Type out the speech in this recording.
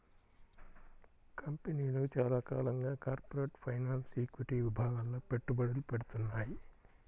కంపెనీలు చాలా కాలంగా కార్పొరేట్ ఫైనాన్స్, ఈక్విటీ విభాగాల్లో పెట్టుబడులు పెడ్తున్నాయి